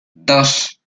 dos